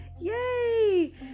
yay